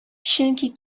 чөнки